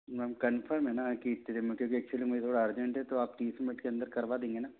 ma'am confirm है ना कि एक्चुअली मेरा अर्जेंट है तो आप तीस मिनट के अंदर करवा देंगे ना